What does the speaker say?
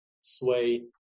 sway